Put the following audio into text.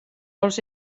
els